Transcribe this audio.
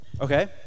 Okay